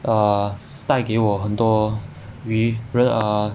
err 带给我很多与 err